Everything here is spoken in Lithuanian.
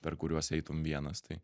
per kuriuos eitum vienas tai